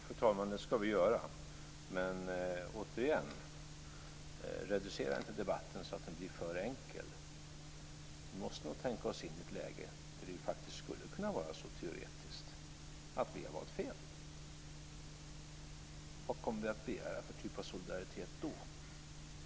Fru talman! Det ska vi göra. Men, återigen, reducera inte debatten så att den blir för enkel. Vi måste nog tänka oss in i ett läge där det faktiskt skulle kunna vara så teoretiskt att vi har valt fel. Vad kommer vi att begära för typ av solidaritet då?